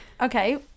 Okay